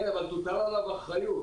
כן, אבל תוטל עליו אחריות.